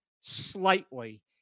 slightly